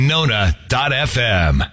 Nona.fm